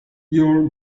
your